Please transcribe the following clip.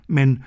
Men